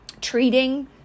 treating